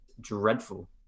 dreadful